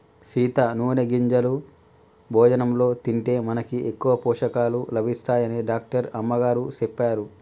సీత నూనె గింజలు భోజనంలో తింటే మనకి ఎక్కువ పోషకాలు లభిస్తాయని డాక్టర్ అమ్మగారు సెప్పారు